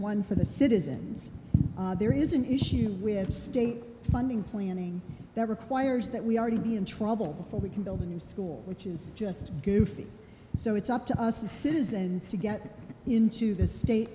one for the citizens there is an issue with state funding planning that requires that we are to be in trouble before we can build a new school which is just goofy so it's up to us as citizens to get into the state